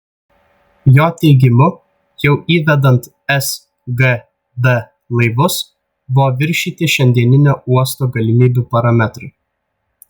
jo teigimu jau įvedant sgd laivus buvo viršyti šiandieninio uosto galimybių parametrai